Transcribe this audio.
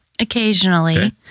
Occasionally